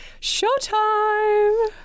Showtime